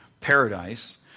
paradise